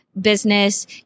business